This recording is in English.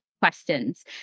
questions